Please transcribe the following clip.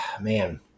man